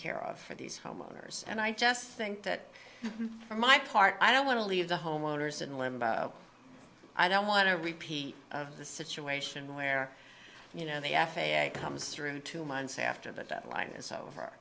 care of for these homeowners and i just think that for my part i don't want to leave the homeowners in limbo i don't want a repeat of the situation where you know the f a a comes through two months after the deadline is over